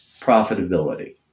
profitability